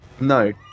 No